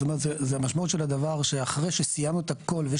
זאת אומרת המשמעות של הדבר שאחרי שסיימנו הכל ויש